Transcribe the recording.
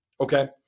Okay